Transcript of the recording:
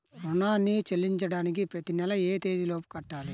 రుణాన్ని చెల్లించడానికి ప్రతి నెల ఏ తేదీ లోపు కట్టాలి?